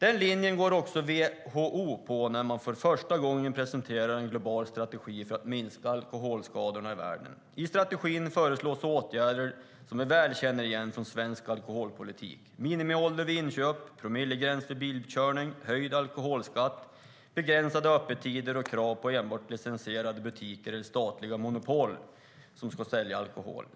Den linjen går också WHO på när de för första gången presenterar en global strategi för att minska alkoholskadorna i världen. I strategin föreslås åtgärder som vi väl känner igen som svensk alkoholpolitik - minimiålder vid inköp, promillegräns vid bilkörning, höjd alkoholskatt, begränsade öppettider och krav på enbart licensierade butiker eller statliga monopol för att sälja alkohol.